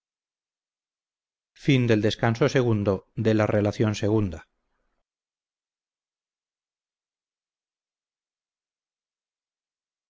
a la relación